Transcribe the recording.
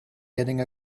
getting